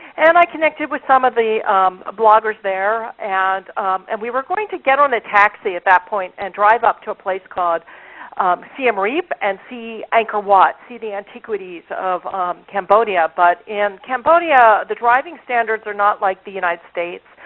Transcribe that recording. and i connected with some of the bloggers there. and and we were going to get on a taxi at that point, and drive up to a place called siem um reap and see angkor wat. see the antiquities of cambodia, but in cambodia the driving standards are not like the united states.